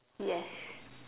yes